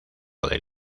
del